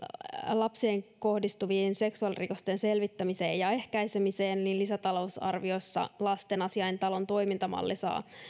lapsiin kohdistuvien seksuaalirikosten selvittämiseen ja ehkäisemiseen niin lisätalousarviossa lastenasiaintalon toimintamalli saa